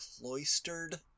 cloistered